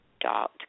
dot